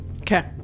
okay